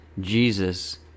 jesus